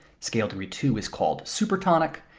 scale degree two is called supertonic,